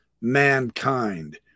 mankind